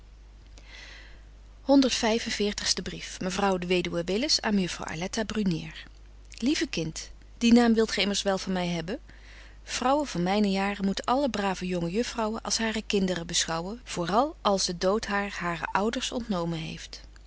en veertigste brief mejuffrouw de weduwe willis aan mejuffrouw aletta brunier lieve kind dien naam wilt gy immers wel van my hebben vrouwen van myne jaren moeten alle brave jonge juffrouwen als hare kinderen beschouwen voor al als de dood haar hare ouders ontnomen heeft